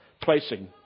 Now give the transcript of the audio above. placing